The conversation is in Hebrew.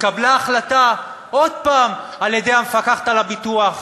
התקבלה החלטה, עוד פעם, על-ידי המפקחת על הביטוח,